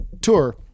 tour